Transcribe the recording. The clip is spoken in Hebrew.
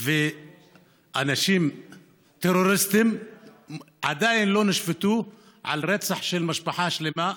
שרוצחים וטרוריסטים עדיין לא נשפטו על רצח של משפחה שלמה.